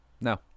No